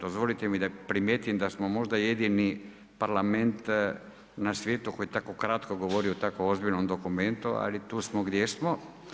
Dozvolite mi da primijetim da smo možda i jedini Parlament na svijetu koji tako kratko govori o tako ozbiljnom dokumentu, ali tu smo gdje smo.